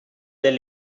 their